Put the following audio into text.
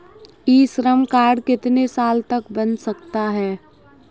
ई Shram card कितने साल तक बन सकता है?